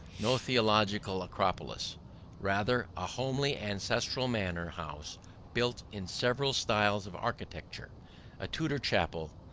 no theological acropolis rather a homely ancestral manor house built in several styles of architecture a tudor chapel,